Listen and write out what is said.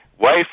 wife